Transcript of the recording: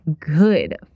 good